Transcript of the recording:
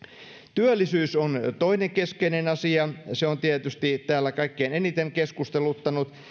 työllisyys on toinen keskeinen asia ja se on tietysti täällä kaikkein eniten keskusteluttanut